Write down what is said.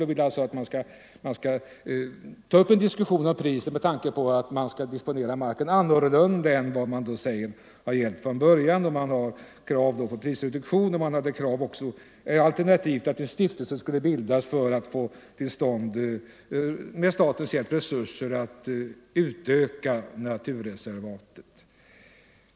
Motionärerna vill att man skall ta upp en diskussion om priset med tanke på en annan disposition av marken än vad man säger gällt från början. Motionärerna har krav på prisreduktion, alternativt att en stiftelse skulle bildas för att med statens hjälp få till stånd resurser att utöka naturreservatet.